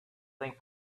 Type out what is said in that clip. think